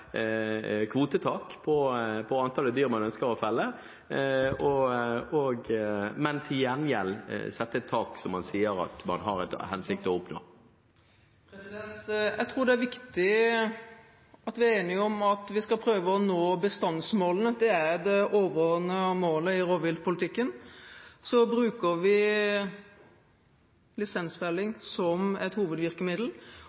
kvotetak på antallet dyr man ønsker å felle, men til gjengjeld sette et tak som man har til hensikt å nå opp til? Jeg tror det er viktig at vi er enige om at vi skal prøve å nå bestandsmålene. Det er det overordnede målet i rovviltpolitikken. Så bruker vi